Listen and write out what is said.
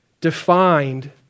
defined